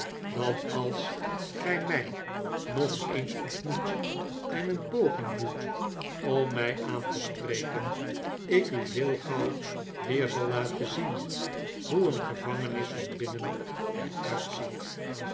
dat als gij mij nog eens ontmoet en een poging doet om mij aan te spreken ik u heel gauw weer zal laten zien hoe een gevangenis er van binnen